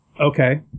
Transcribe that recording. Okay